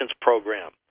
Program